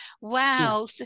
wow